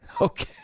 Okay